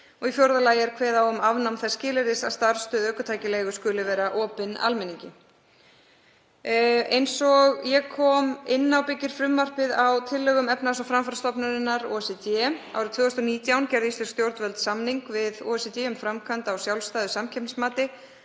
og í fjórða lagi er kveðið á um afnám þess skilyrðis að starfsstöð ökutækjaleigu skuli vera opin almenningi. Eins og ég kom inn á byggist frumvarpið á tillögum efnahags- og framfarastofnunarinnar OECD. Árið 2019 gerðu íslensk stjórnvöld samning við OECD um framkvæmd á sjálfstæðu samkeppnismati